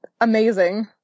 amazing